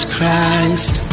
Christ